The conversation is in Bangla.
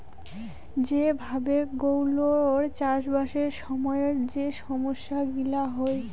যে ভাবে গৌলৌর চাষবাসের সময়ত যে সমস্যা গিলা হই